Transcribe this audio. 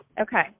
Okay